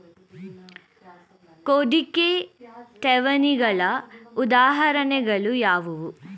ಹೂಡಿಕೆ ಠೇವಣಿಗಳ ಉದಾಹರಣೆಗಳು ಯಾವುವು?